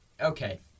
Okay